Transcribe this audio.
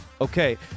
Okay